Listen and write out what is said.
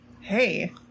Hey